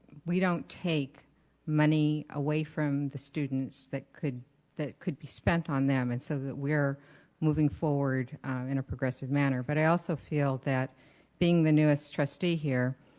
we don't take money away from the students that could that could be spent on them and so that we are moving forward in a progressive manner. but i also feel that being the newest trustee here,